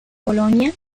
polonia